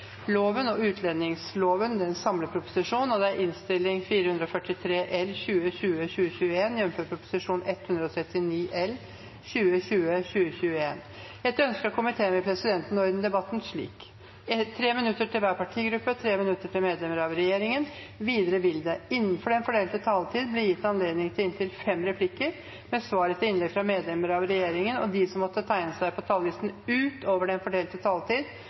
presise, og det er kun til det gode. Flere har ikke bedt om ordet til sak nr. 4. Etter ønske fra justiskomiteen vil presidenten ordne debatten slik: 5 minutter til hver partigruppe og 5 minutter til medlemmer av regjeringen. Videre vil det – innenfor den fordelte taletid – bli gitt anledning til inntil fem replikker med svar etter innlegg fra medlemmer av regjeringen, og de som måtte tegne seg på talerlisten utover den fordelte taletid,